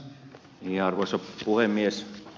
arvoisa puhemies